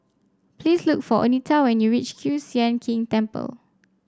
please look for Oneta when you reach Kiew Sian King Temple